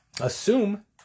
assume